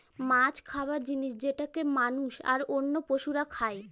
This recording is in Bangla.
মাছ খাবার জিনিস যেটাকে মানুষ, আর অন্য পশুরা খাই